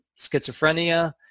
schizophrenia